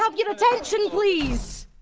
um your attention please?